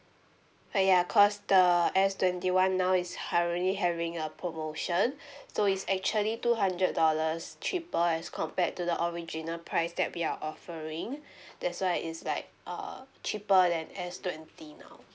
ah ya cause the S twenty one now is currently having a promotion so it's actually two hundred dollars cheaper as compared to the original price that we are offering that's why it's like err cheaper than S twenty now